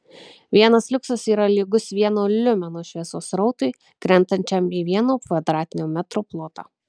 vienas liuksas yra lygus vieno liumeno šviesos srautui krentančiam į vieno kvadratinio metro plotą